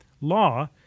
law